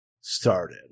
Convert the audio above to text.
started